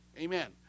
Amen